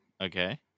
Okay